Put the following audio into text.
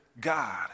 God